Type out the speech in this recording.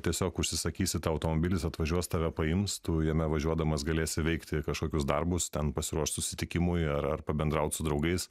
tiesiog užsisakysi tą automobilį jis atvažiuos tave paims tu jame važiuodamas galėsi veikti kažkokius darbus ten pasiruošt susitikimui ar ar pabendraut su draugais